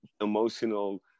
emotional